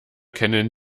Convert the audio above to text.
kennen